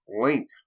link